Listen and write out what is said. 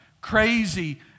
crazy